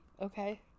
Okay